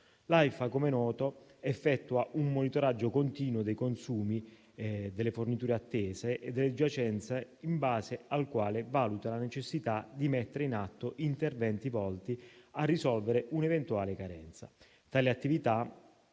L'AIFA, come è noto, effettua un monitoraggio continuo dei consumi, delle forniture attese e delle giacenze, in base al quale valuta la necessità di mettere in atto interventi volti a risolvere un'eventuale carenza.